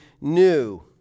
new